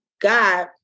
God